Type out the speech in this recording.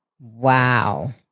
Wow